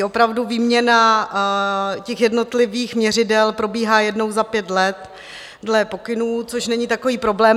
Opravdu výměna jednotlivých měřidel probíhá jednou za pět let dle pokynů, což není takový problém.